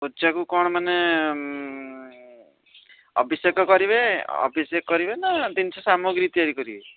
ପୂଜାକୁ କ'ଣ ମାନେ ଅଭିଷେକ କରିବେ ଅଭିଷେକ କରିବେ ନା ଜିନିଷ ସାମଗ୍ରୀ ତିଆରି କରିବେ